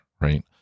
right